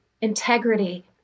integrity